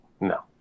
No